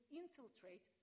infiltrate